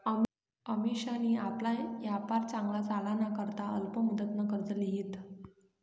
अमिशानी आपला यापार चांगला चालाना करता अल्प मुदतनं कर्ज ल्हिदं